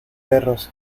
perros